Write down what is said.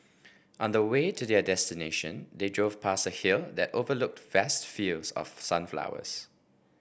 on the way to their destination they drove past a hill that overlooked vast fields of sunflowers